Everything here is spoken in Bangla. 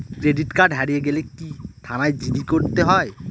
ক্রেডিট কার্ড হারিয়ে গেলে কি থানায় জি.ডি করতে হয়?